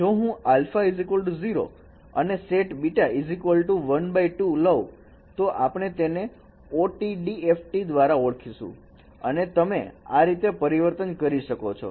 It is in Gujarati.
જો હું α 0 અને set β 12 લવ તો આપણે તેને OTDFT દ્વારા ઓળખીશું અને તમે આ રીતે પરિવર્તનને કરી શકો છો